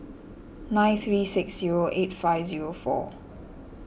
nine three six zero eight five zero four